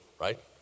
right